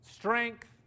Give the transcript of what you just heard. Strength